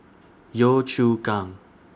Yio Chu Kang